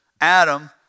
Adam